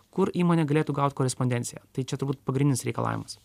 kur įmonė galėtų gaut korespondenciją tai čia turbūt pagrindinis reikalavimas